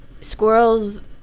Squirrels